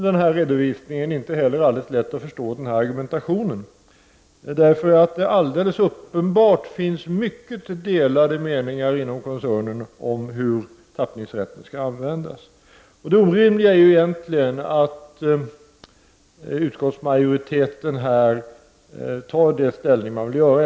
Det är inte heller alldeles lätt att förstå denna argumentation. Alldeles uppenbart finns mycket delade meningar inom koncernen om hur tappningsrätten skall användas. Det orimliga är egentligen att utskottsmajoriteten tar ställning på det här sättet.